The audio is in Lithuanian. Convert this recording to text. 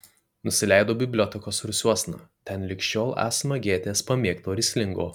nusileidau bibliotekos rūsiuosna ten lig šiol esama gėtės pamėgto rislingo